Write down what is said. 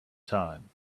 time